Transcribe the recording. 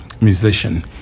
musician